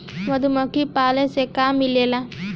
मधुमखी पालन से का मिलेला?